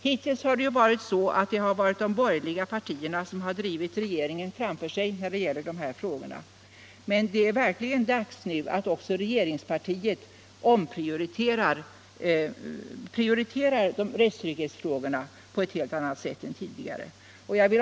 Hittills har det varit de borgerliga partierna som har drivit regeringen framför sig i dessa frågor, men nu är det verkligen dags att regeringspartiet prioriterar rättstrygghetsfrågorna på ett helt annat sätt än tidigare.